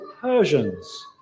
Persians